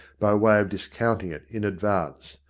by way of discounting it in advance.